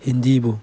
ꯍꯤꯟꯗꯤꯕꯨ